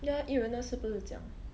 那个艺人那时不是讲